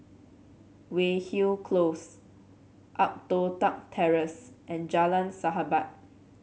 Weyhill Close Upper Toh Tuck Terrace and Jalan Sahabat